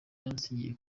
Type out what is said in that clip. yansigiye